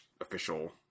official